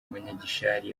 munyagishari